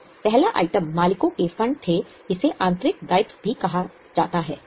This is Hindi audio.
और पहला आइटम मालिकों के फंड थे इसे आंतरिक दायित्व भी कहा जाता है